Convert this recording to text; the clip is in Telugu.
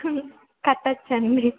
కట్టచ్ఛండి